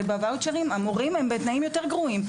הרי בוואוצ'רים המורים הם בתנאים יותר גרועים.